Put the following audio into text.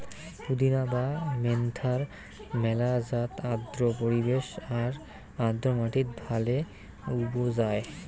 পুদিনা বা মেন্থার মেলা জাত আর্দ্র পরিবেশ আর আর্দ্র মাটিত ভালে উবজায়